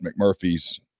McMurphy's